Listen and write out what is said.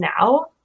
now